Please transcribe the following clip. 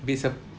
habis ah